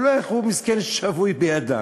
הוא מסכן, שבוי בידם.